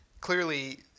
clearly